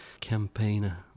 campaigner